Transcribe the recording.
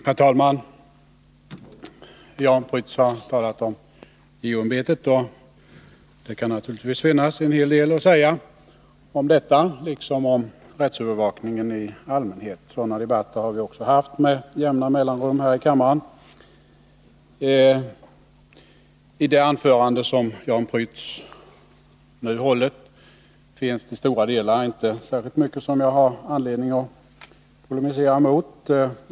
Herr talman! Jan Prytz har talat om JO-ämbetet. Om detta kan det naturligtvis finnas en hel del att säga liksom om rättsövervakningen i allmänhet. Sådana debatter har vi också med jämna mellanrum haft här i kammaren. I det anförande Jan Prytz höll, fanns mycket som jag inte har anledning att polemisera mot.